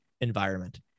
environment